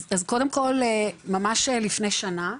אז קודם כל ממש לפני שנה,